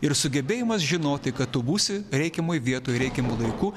ir sugebėjimas žinoti kad tu būsi reikiamoj vietoj reikiamu laiku